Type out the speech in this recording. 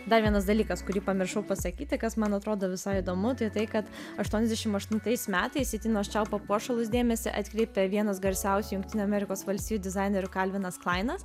dar vienas dalykas kurį pamiršau pasakyt tai kas man atrodo visai įdomu tai tai kad aštuoniasdešim aštuntais metais į tinos čiau papuošalus dėmesį atkreipė vienas garsiausių jungtinių amerikos valstijų dizainerių kalvinas klainas